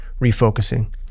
refocusing